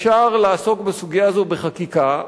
אפשר לעסוק בסוגיה הזאת בחקיקה,